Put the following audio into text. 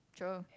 sure